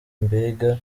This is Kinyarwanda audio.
mbega